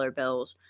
bills